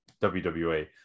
WWE